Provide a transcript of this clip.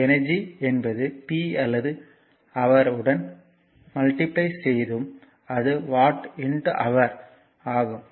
energy என்பது p அல்லது hour உடன் மல்டிப்ளை செய்தும் அது வாட் ஹவர் watt hourஆகும்